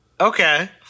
Okay